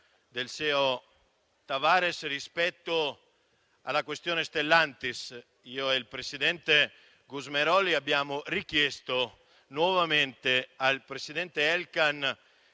del CEO Tavares rispetto alla questione Stellantis. Io e il presidente Gusmeroli abbiamo richiesto nuovamente al presidente Elkann